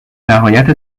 نهایت